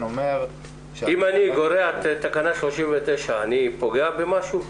אם אני גורע את תקנה 39, אני פוגע במשהו?